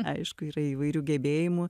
aišku yra įvairių gebėjimų